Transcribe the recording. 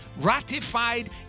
ratified